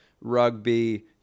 rugby